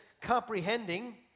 comprehending